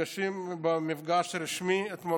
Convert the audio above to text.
את מנסור עבאס במפגש רשמי,